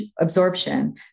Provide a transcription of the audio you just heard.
absorption